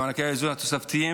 במענקי האיזון התוספתיים,